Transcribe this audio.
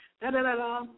da-da-da-da